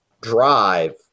drive